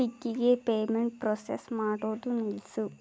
ಸ್ವಿಗ್ಗಿಗೆ payment process ಮಾಡೋದು ನಿಲ್ಲಿಸು